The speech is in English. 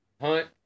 hunt